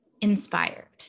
inspired